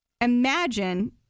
imagine